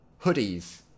hoodies